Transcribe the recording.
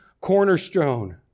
cornerstone